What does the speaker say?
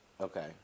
Okay